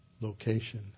location